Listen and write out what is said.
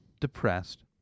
depressed